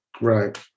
Right